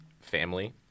family